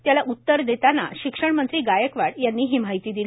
त्याला उत्तर देताना शिक्षणमंत्री गायकवाड यांनी ही माहिती दिली